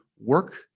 work